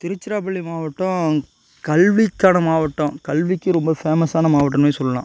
திருச்சிராப்பள்ளி மாவட்டம் கல்விக்கான மாவட்டம் கல்விக்கு ரொம்ப ஃபேமஸான மாவட்டன்னே சொல்லலாம்